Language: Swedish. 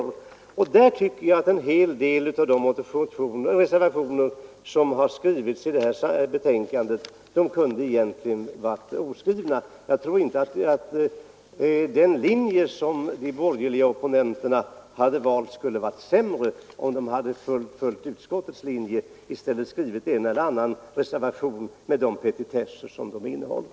Det är av den anledningen jag tycker att en hel del av de reservationer som avgivits till det här betänkandet kunde ha varit oskrivna. Jag tror inte att de borgerligas situation skulle ha blivit sämre om de följt utskottets linje i stället för att skriva en och annan reservation om de petitesser som där tas upp.